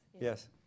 Yes